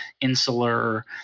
insular